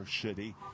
City